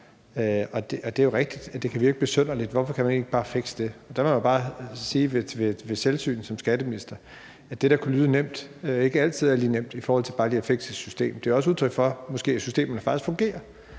det er jo rigtigt, at det kan virke besynderligt, for hvorfor kan man ikke bare fikse det? Der må man bare sige ved selvsyn som skatteminister, at det, der kan lyde nemt, ikke altid er nemt i forhold til bare lige at fikse et system. Det er måske også udtryk for, at systemet faktisk fungerer,